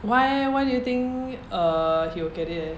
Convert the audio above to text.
why eh why do you think err he will get it eh